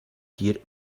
dir